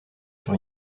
sur